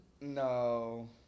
No